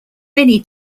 many